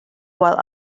while